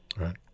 right